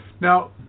Now